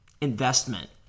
investment